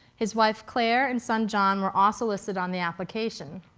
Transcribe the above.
his wife claire and son john were also listed on the application.